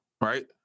right